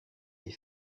les